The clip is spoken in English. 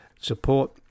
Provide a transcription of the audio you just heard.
support